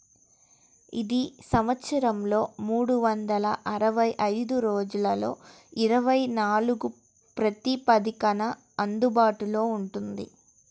ఇది సంవత్సరంలో మూడు వందల అరవై ఐదు రోజులలో ఇరవై నాలుగు ప్రాతిపదికన అందుబాటులో ఉంటుంది